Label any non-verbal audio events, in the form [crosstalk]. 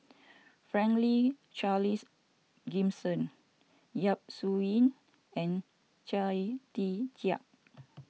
[noise] Franklin Charles Gimson Yap Su Yin and Chia Tee Chiak